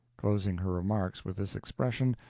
closing her remarks with this expression,